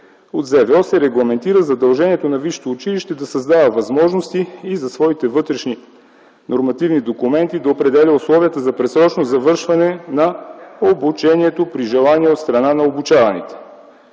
се регламентира задължението на висшето училище да създава възможности и със своите вътрешни нормативни документи да определя условията за предсрочно завършване на обучението при желание от страна на обучаваните.